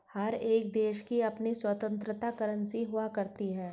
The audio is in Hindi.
हर एक देश की अपनी स्वतन्त्र करेंसी हुआ करती है